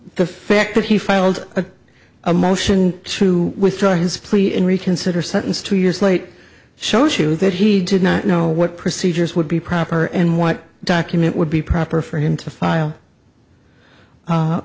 the fact that he filed a a motion to withdraw his plea in reconsider sentence two years late shoshu that he did not know what procedures would be proper and what document would be proper for him to file